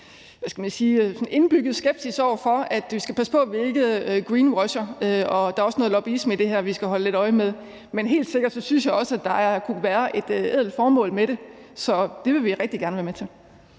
indbyggede skepsis over for, at vi skal passe på med ikke at greenwashe, og der er også noget lobbyisme i det her, vi skal holde lidt øje med. Men jeg synes helt sikkert, at der også kunne være et ædelt formål med det, så det vil vi rigtig gerne være med til.